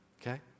Okay